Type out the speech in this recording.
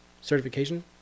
certification